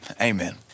Amen